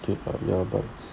K but ya but